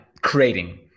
creating